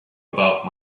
about